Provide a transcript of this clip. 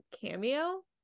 cameo